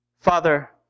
Father